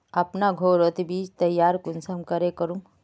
अपना घोरोत बीज तैयार कुंसम करे करूम?